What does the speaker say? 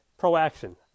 proaction